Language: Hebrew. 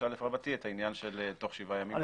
33א את העניין של תוך שבעה ימים.